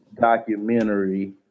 documentary